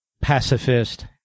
pacifist